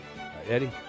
Eddie